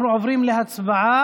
אנחנו עוברים להצבעה.